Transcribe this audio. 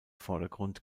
vordergrund